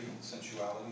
sensuality